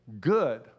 good